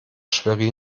schwerin